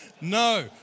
No